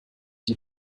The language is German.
die